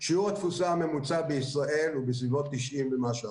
ושיעור התפוסה הממוצע בישראל הוא בסביבות 90% ומשהו